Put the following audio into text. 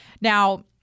now